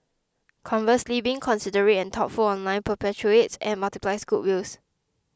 conversely being considerate and thoughtful online perpetuates and multiplies goodwills